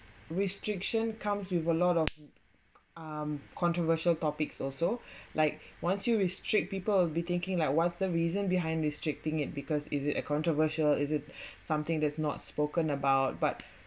restriction comes with a lot of um controversial topics also like once you restrict people be thinking like what's the reason behind restricting it because is it a controversial is it something that's not spoken about but